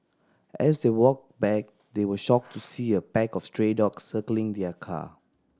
as they walked back they were shocked to see a pack of stray dogs circling their car